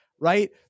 right